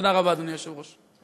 תודה רבה, אדוני היושב-ראש.